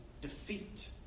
defeat